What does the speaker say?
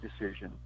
decision